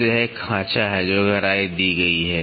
तो यह एक खांचा है जो गहराई दी गई है